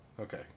Okay